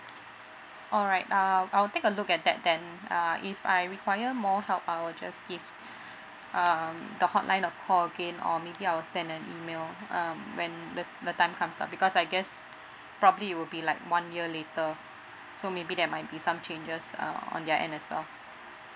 alright I'll I'll take a look at that then uh if I require more help I'll just give um the hotline a call again or maybe I'll send an email um when the the time comes lah because I guess probably it will be like one year later so maybe there might be some changes uh on their end as well